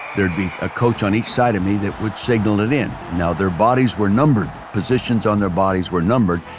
there would be a coach on each side of me that would signal it in. now, their bodies were numbered, positions on their bodies were numbered,